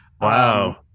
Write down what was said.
wow